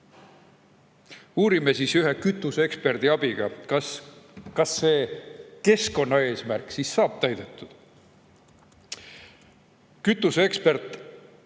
Uurime ühe kütuseeksperdi abiga, kas see keskkonnaeesmärk saab täidetud. Kütuseekspert